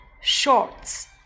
Shorts